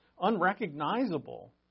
unrecognizable